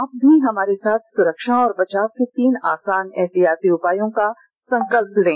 आप भी हमारे साथ सुरक्षा और बचाव के तीन आसान एहतियाती उपायों का संकल्प लें